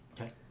Okay